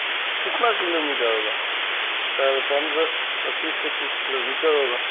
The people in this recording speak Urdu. کتنا کلو میٹر ہوگا سر پندرہ پچیس سے تیس کلو میٹر ہوگا